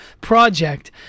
project